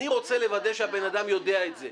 אני רוצה לוודא שהבן אדם יודע את זה,